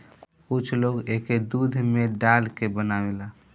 कुछ लोग एके दूध में डाल के बनावेला